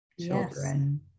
children